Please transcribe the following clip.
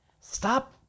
Stop